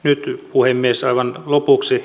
nyt puhemies aivan lopuksi